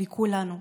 לכולנו.